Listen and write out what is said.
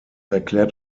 erklärt